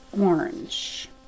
orange